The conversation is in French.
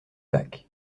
bac